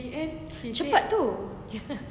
cepat tu